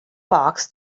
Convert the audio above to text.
fox